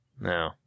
No